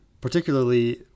Particularly